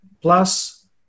plus